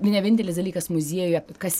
ne vienintelis dalykas muziejuje kas